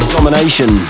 Domination